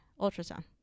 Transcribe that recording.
ultrasound